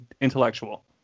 intellectual